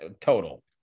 total